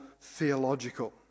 theological